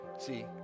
See